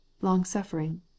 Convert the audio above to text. long-suffering